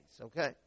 okay